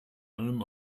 allem